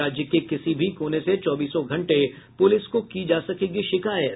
राज्य के किसी भी कोने से चौबीसों घंटे पुलिस को की जा सकेगी शिकायत